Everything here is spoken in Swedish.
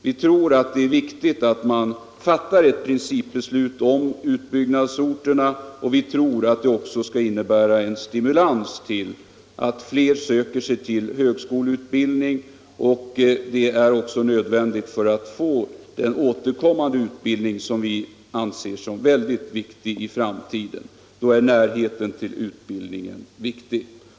Vi tror att det är viktigt att man fattar ett principbeslut om utbyggnadsorterna. Vi tror att det kommer att stimulera fler människor att söka sig till högskoleutbildning. Det är också nödvändigt för att få till stånd den återkommande utbildning som vi anser kommer att bli mycket viktig i framtiden. Då är närheten till utbildningsorten viktig.